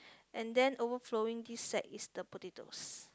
and then overflowing this sack is the potatoes